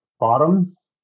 bottoms